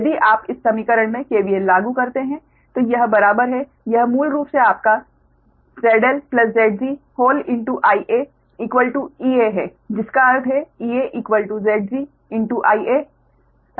यदि आप इस समीकरण में KVL लागू करते हैं तो यह बराबर है यह मूल रूप से आपका Zg ZLIaEa है जिसका अर्थ है EaZg Ia Zg ZLIa